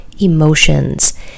emotions